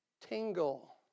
tingle